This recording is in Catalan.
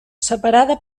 separada